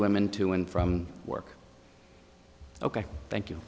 women to and from work ok thank you